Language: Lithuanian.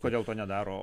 kodėl to nedaro